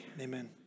amen